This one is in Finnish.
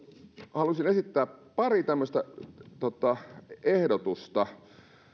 haluaisin esittää pari tämmöistä ehdotusta eli